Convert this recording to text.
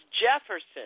Jefferson